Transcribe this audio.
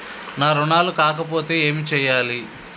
నా రుణాలు కాకపోతే ఏమి చేయాలి?